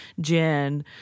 Jen